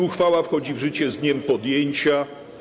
Uchwała wchodzi w życie z dniem podjęcia.